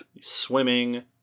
swimming